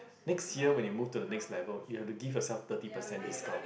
next year when you move to the next level you have to give yourself thirty percent discount